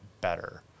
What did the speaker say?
better